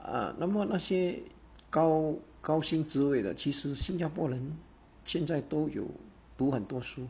uh 那么那些高高薪职位的其实新加坡人现在都有读很多书